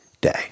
day